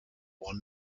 one